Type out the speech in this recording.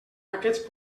aquests